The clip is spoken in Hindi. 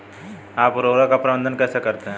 आप उर्वरक का प्रबंधन कैसे करते हैं?